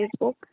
Facebook